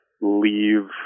leave